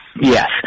Yes